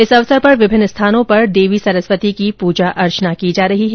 इस अवसर पर विभिन्न स्थानों पर देवी सरस्वती की पूजा अर्चना की जा रही है